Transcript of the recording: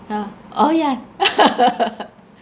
ya oh ya